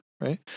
right